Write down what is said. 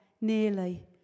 nearly